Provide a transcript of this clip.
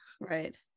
right